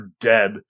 dead